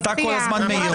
אתה כל הזמן מעיר.